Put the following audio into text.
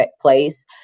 place